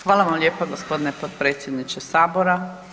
Hvala vam lijepa gospodine potpredsjedniče sabora.